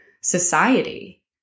society